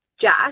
Jack